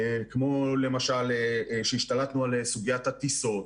כמו, למשל, שהשתלטנו על סוגיית הטיסות,